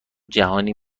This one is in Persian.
جهانی